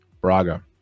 Braga